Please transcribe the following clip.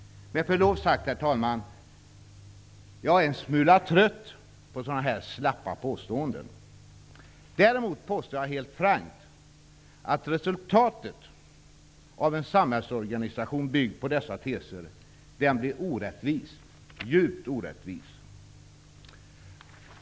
Med förlov sagt, herr talman, är jag en smula trött på sådana här slappa påståenden. Däremot påstår jag helt frankt att resultatet av en samhällsorganisation byggd på dessa teser blir orättvist -- djupt orättvist!